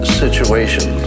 situation